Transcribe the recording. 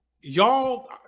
y'all